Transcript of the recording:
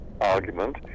argument